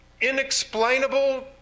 inexplainable